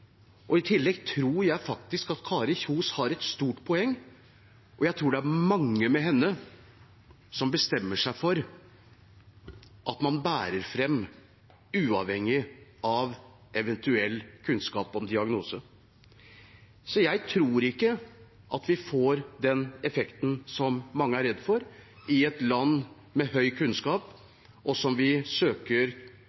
I tillegg tror jeg faktisk at Kari Kjønaas Kjos har et stort poeng: Jeg tror det er mange med henne som bestemmer seg for at man bærer fram uavhengig av eventuell kunnskap om en diagnose. Jeg tror ikke at vi får den effekten som mange er redde for, i et land med høy kunnskap,